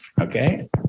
okay